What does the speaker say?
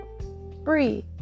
Breathe